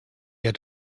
had